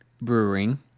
Brewing